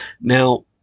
Now